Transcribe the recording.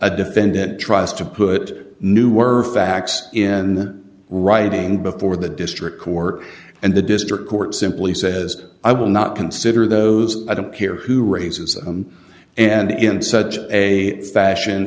a defendant tries to put new or facts in writing before the district court and the district court simply says i will not consider those i don't care who raises and in such a fashion